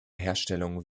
herstellung